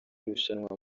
rushanwa